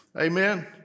Amen